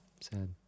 Sad